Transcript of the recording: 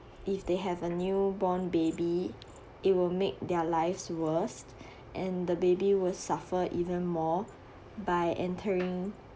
if they have a newborn baby it will make their lifes worse and the baby will suffer even more by entering